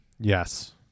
Yes